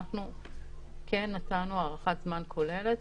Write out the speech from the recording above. אנחנו כן נתנו הערכת זמן כוללת.